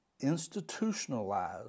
institutionalized